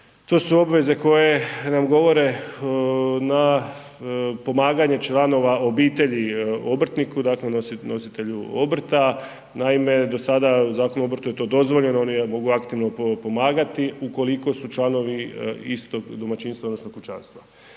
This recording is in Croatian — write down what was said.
to su obveze koje nam govore na pomaganje članova obitelji obrtniku, dakle nositelju obrta. Naime, do sada Zakonom o obrtu je to dozvoljeno, oni mogu aktivno pomagati ukoliko su članovi istog domaćinstva odnosno kućanstva.